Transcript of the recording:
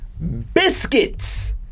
Biscuits